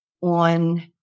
on